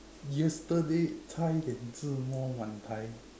yesterday